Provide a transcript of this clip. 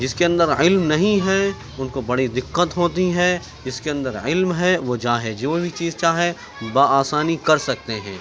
جس کے اندر علم نہیں ہے ان کو بڑی دقت ہوتی ہے جس کے اندر علم ہے وہ جاہے جو بھی چیز چاہے بآسانی کر سکتے ہیں